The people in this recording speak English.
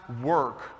work